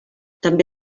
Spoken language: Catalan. també